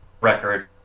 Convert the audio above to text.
record